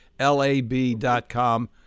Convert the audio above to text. lab.com